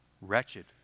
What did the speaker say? wretched